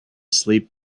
sleep